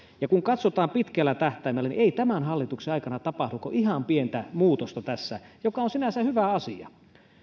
kun katsotaan pitkällä tähtäimellä niin ei tämän hallituksen aikana tapahdu kuin ihan pientä muutosta tässä mikä on sinänsä hyvä asia